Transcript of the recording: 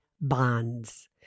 bonds